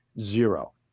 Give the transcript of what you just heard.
Zero